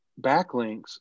backlinks